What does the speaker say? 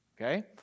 okay